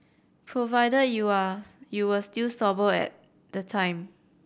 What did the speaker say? provided you are you were still sober at the time